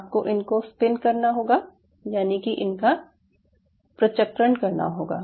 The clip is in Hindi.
आपको इनको स्पिन करना होगा यानि कि इनका प्रचक्रण करना होगा